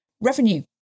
revenue